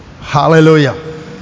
Hallelujah